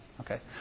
Okay